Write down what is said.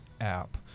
app